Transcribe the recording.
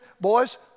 boys